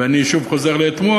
ואני שוב חוזר לאתמול,